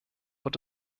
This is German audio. wird